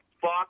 Fuck